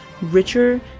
richer